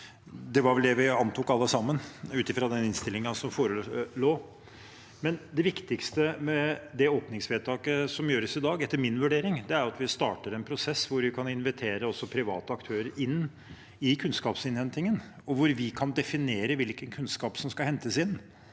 det var vel det vi antok alle sammen ut fra den innstillingen som forelå. Men det viktigste med det åpningsvedtaket som gjøres i dag, etter min vurdering, er at vi starter en prosess hvor vi kan invitere også private aktører inn i kunnskapsinnhentingen, og hvor vi kan definere hvilken kunnskap som skal hentes inn